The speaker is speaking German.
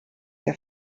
der